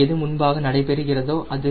எது முன்பாக நடைபெறுகிறதோ அது